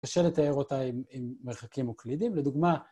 קשה לתאר אותה עם מרחקים אוקלידיים. לדוגמה...